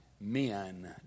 men